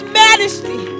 majesty